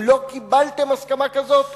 אם לא קיבלתם הסכמה כזאת,